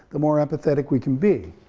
the more empathetic we can be,